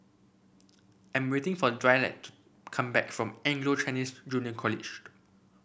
I'm waiting for Dwight to come back from Anglo Chinese Junior College